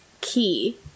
key